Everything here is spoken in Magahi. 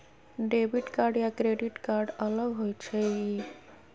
डेबिट कार्ड या क्रेडिट कार्ड अलग होईछ ई?